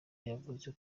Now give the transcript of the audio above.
yavuze